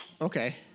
Okay